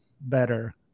better